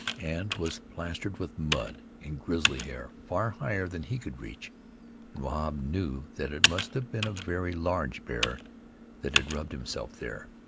and was plastered with mud and grizzly hair far higher than he could reach and wahb knew that it must have been a very large bear that had rubbed himself there.